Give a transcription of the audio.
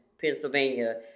Pennsylvania